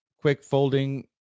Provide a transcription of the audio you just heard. quick-folding